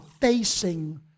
facing